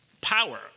power